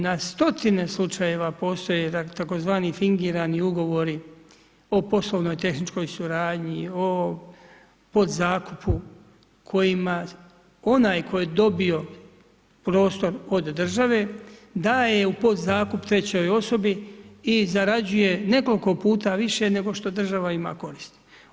Na stotine slučajeva postoje tvz. fingirani ugovori o poslovnoj i tehničkoj suradnji, o podzakupu kojima onaj koji je dobio prostor od države daje u podzakup trećoj osobi i zarađuje nekoliko puta više nego što država ima koristi.